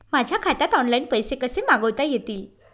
माझ्या खात्यात ऑनलाइन पैसे कसे मागवता येतील?